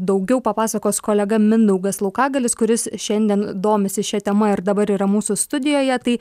daugiau papasakos kolega mindaugas laukagalis kuris šiandien domisi šia tema ir dabar yra mūsų studijoje tai